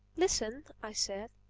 listen, i said,